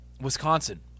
Wisconsin